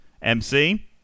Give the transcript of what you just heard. MC